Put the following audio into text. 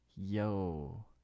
Yo